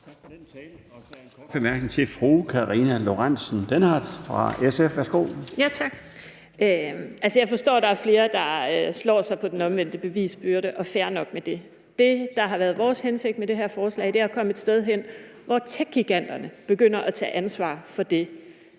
Tak for den tale. Der er en kort bemærkning til fru Karina Lorentzen Dehnhardt fra SF. Værsgo. Kl. 15:53 Karina Lorentzen Dehnhardt (SF): Tak. Jeg forstår, at der er flere, der slår sig på den omvendte bevisbyrde, og fair nok med det. Det, der har været vores hensigt med det her forslag, er at komme et sted hen, hvor techgiganterne begynder at tage ansvar for det,